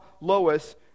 Lois